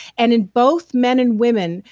and in both men and women,